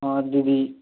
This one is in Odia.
ହଁ ଦିଦି